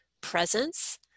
presence